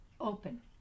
open